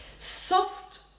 Soft